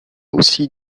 aussi